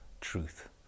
truth